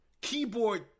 keyboard